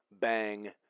Bang